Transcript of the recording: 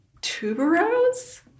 tuberose